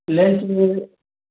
lunch में